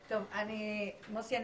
מוסי,